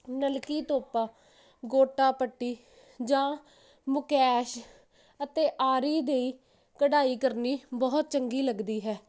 ਨਲਕੀ ਧੁੱਪ ਆ ਗੋਟਾ ਪੱਟੀ ਜਾਂ ਮੁਕੈਸ਼ ਅਤੇ ਆਰੀ ਦੀ ਕੜਾਈ ਕਰਨੀ ਬਹੁਤ ਚੰਗੀ ਲੱਗਦੀ ਹੈ